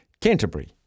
Canterbury